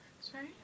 Sorry